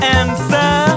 answer